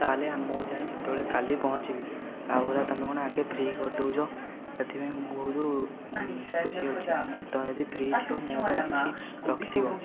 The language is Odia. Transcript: ତା'ହେଲେ ମୁଁ ଯାଇଁ ସେତେବଳେ କାଲି ପହଞ୍ଚିବି ଆଉ ହେଲା ତମେ କ'ଣ ଆଗେ ଫ୍ରି କରିଦେଉଛ ସେଥିପାଇଁ ମୁଁ ବହୁତ ଖୁସି ଅଛି ତମେ ଯଦି ଫ୍ରି ଥିବ ମୋ ପାଇଁ କିଛି ରଖିଥିବ